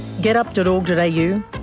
getup.org.au